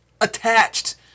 attached